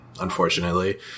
unfortunately